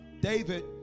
David